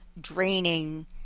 draining